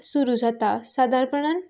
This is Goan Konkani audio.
सुरू जाता सादारपणान